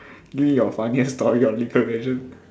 give me your funniest story on league-of-legend